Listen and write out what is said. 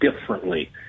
differently